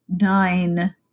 nine